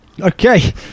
Okay